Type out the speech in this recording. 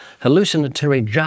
hallucinatory